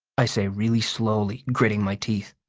i say really slowly, gritting my teeth,